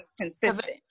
consistent